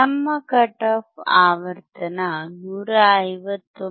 ನಮ್ಮ cut off ಆವರ್ತನ 159